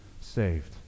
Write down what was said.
saved